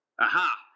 Aha